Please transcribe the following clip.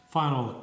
final